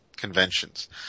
Conventions